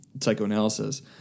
psychoanalysis